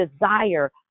desire